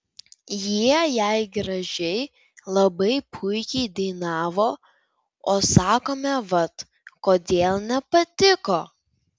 jie jei gražiai labai puikiai dainavo o sakome vat kodėl nepatiko